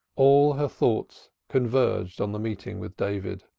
all her thoughts converged on the meeting with david,